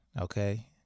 okay